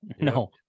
No